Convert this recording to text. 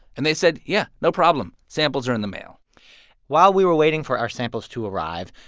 and they said, yeah no problem. samples are in the mail while we were waiting for our samples to arrive,